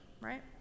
right